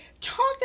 talk